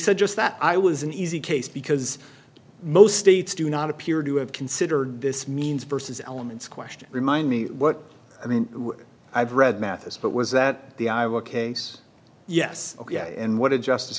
just that i was an easy case because most states do not appear to have considered this means versus elements question remind me what i mean i've read mathis but was that the case yes oh yeah and what did justice